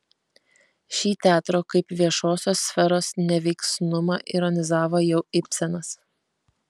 šį teatro kaip viešosios sferos neveiksnumą ironizavo jau ibsenas